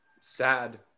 sad